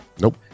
nope